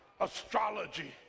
astrology